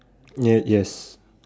ya yes